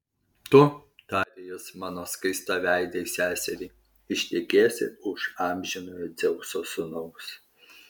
tu tarė jis mano skaistaveidei seseriai ištekėsi už amžinojo dzeuso sūnaus